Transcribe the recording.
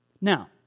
Now